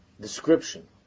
description